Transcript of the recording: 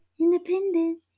independent